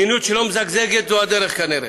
מדיניות שלא מזגזגת זו הדרך, כנראה.